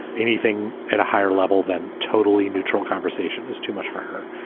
anything at a higher level than totally neutral conversation is too much for her.